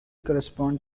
correspond